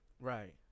Right